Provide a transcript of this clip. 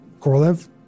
Korolev